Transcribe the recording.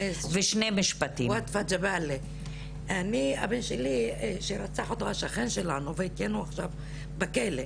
הבן שלי שרצח אותו השכן שלנו, הוא עכשיו בכלא.